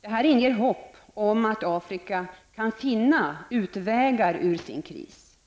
Det inger hopp om att Afrika kan finna utvägar ur sin kris.